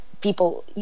people